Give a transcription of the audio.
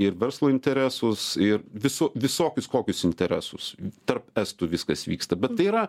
ir verslo interesus ir visų visokius kokius interesus tarp estų viskas vyksta bet tai yra